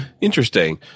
interesting